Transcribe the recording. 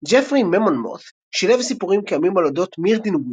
ג'פרי ממונמות' שילב סיפורים קיימים על אודות מירדין וילט,